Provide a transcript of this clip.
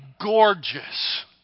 gorgeous